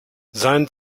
sein